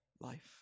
life